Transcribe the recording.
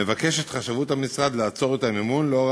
מבקשת חשבות המשרד לעצור את המימון לאור